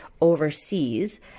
overseas